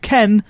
Ken